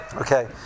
Okay